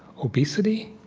obesity,